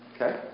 okay